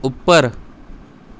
ਉੱਪਰ